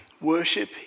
Worship